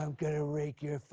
i'm gonna rake your